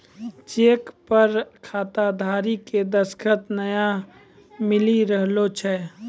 cheque पर खाताधारी के दसखत नाय मिली रहलो छै